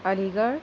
علی گڑھ